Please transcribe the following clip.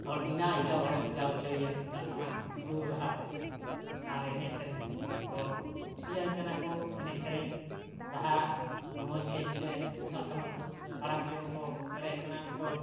ᱦᱚᱲ ᱵᱤᱱᱟ ᱦᱤᱞᱟᱹᱣ ᱦᱚᱲᱮᱢ ᱦᱤᱞᱟᱹᱣ ᱦᱚᱪᱚᱭᱮᱭᱟ ᱛᱩᱢᱫᱟᱜ ᱴᱟᱢᱟᱠ ᱨᱩ ᱨᱟᱦᱟᱛᱮ ᱟᱨ ᱮᱱᱮᱡ ᱥᱮᱨᱮᱧᱛᱮ ᱛᱚ ᱠᱩᱥᱤᱭᱟᱹᱧ ᱠᱟᱱᱟ ᱠᱚ ᱮᱱᱮᱡ ᱥᱮᱨᱮᱧ ᱨᱟᱦᱟ ᱨᱚᱢᱚᱡᱽ ᱠᱷᱟᱹᱛᱤᱨᱛᱮ ᱛᱩᱢᱫᱟᱜ ᱴᱟᱢᱟᱠ ᱟᱲᱟᱝ ᱛᱮᱦᱚᱸ ᱠᱚ ᱵᱩᱡᱽ ᱫᱟᱲᱮᱭᱟᱜ ᱠᱟᱱᱟ ᱱᱩᱭ ᱫᱚ